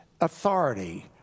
authority